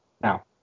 now